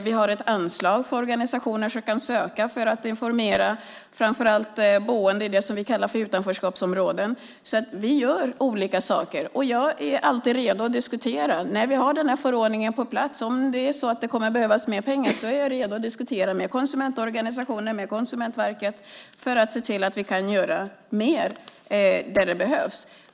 Vi har anslag som organisationer kan söka för att informera framför allt boende i det vi kallar utanförskapsområden. Vi gör alltså olika saker, och jag är alltid redo att diskutera. När denna förordning är på plats, och om det kommer att behövas mer pengar, är jag redo att diskutera med konsumentorganisationer och med Konsumentverket för att se hur vi kan göra mer där det behövs.